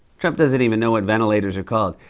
trump doesn't even know what ventilators are called.